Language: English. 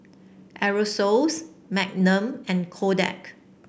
Aerosoles Magnum and Kodak